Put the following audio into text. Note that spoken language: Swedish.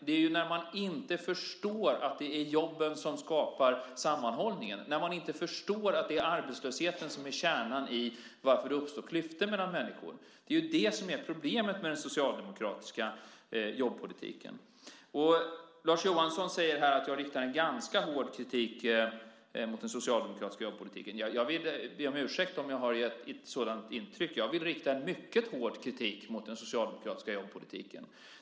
Det som är problemet med den socialdemokratiska jobbpolitiken är att man inte förstår att det är jobben som skapar sammanhållningen och att man inte förstår att det är arbetslösheten som är kärnan i varför det uppstår klyftor mellan människor. Lars Johansson säger att jag riktar ganska hård kritik mot den socialdemokratiska jobbpolitiken. Jag ber om ursäkt om jag har gett ett sådant intryck. Jag vill rikta mycket hård kritik mot den socialdemokratiska jobbpolitiken.